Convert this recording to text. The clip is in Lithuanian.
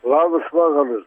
labas vakaras